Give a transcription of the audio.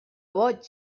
boig